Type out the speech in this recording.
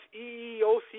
EEOC